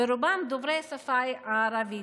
ורובם דוברי השפה הערבית.